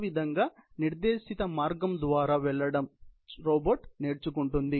ఆ విధంగా నిర్దేశిత మార్గము ద్వారా వెళ్లడం రోబోట్ నేర్చుకుంటుంది